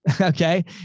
okay